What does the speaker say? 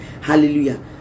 Hallelujah